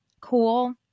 cool